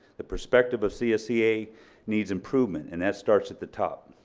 the perspective of csea needs improvement, and that starts at the top.